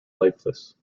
lifeless